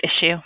issue